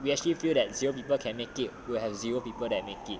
we actually feel that zero people can make we will have zero people that make it